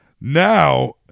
Now